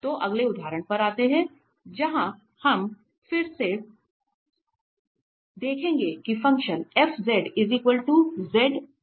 तो अगले उदाहरण पर आते हैं जहां हम फिर से देखेंगे कि फ़ंक्शन fz Re है